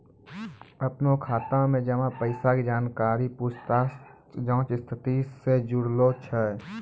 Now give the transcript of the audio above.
अपनो खाता मे जमा पैसा के जानकारी पूछताछ जांच स्थिति से जुड़लो छै